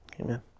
amen